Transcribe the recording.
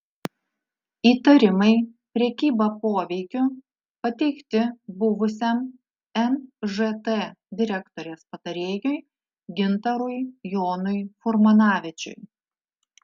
įtarimai prekyba poveikiu pateikti buvusiam nžt direktorės patarėjui gintarui jonui furmanavičiui